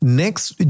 next